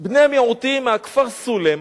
בני מיעוטים מהכפר סולם,